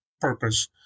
purpose